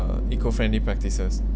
uh eco friendly practices